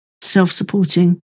self-supporting